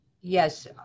Yes